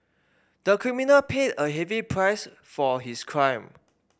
the criminal paid a heavy price for his crime